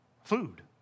Food